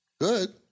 Good